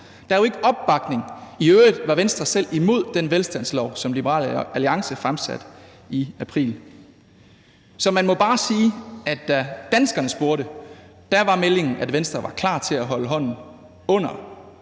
Der er jo ikke opbakning. I øvrigt var Venstre selv imod det forslag om en velstandslov, som Nye Borgerlige fremsatte i april. Så man må bare sige, at da danskerne spurgte, var meldingen, at Venstre var klar til at holde hånden under